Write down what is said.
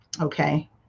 okay